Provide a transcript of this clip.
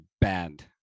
bad